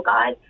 God